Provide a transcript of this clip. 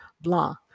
Blanc